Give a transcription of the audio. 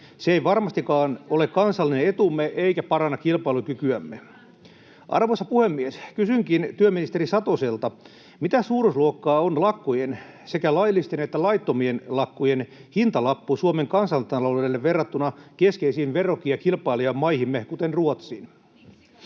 Se ei varmastikaan ole kansallinen etumme eikä paranna kilpailukykyämme. Arvoisa puhemies! Kysynkin työministeri Satoselta: mitä suuruusluokkaa on lakkojen, sekä laillisten että laittomien lakkojen, hintalappu Suomen kansantaloudelle verrattuna keskeisiin verrokki- ja kilpailijamaihimme kuten Ruotsiin?